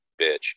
bitch